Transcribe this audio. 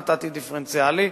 נתתי דיפרנציאלי,